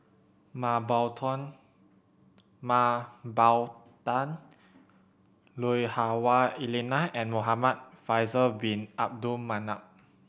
Mah Bow Mah Bow Tan Lui Hah Wah Elena and Muhamad Faisal Bin Abdul Manap